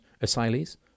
asylees